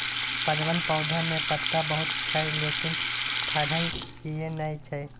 परवल पौधा में पत्ता बहुत छै लेकिन फरय किये नय छै?